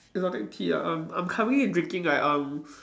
exotic tea ah um I'm currently drinking like um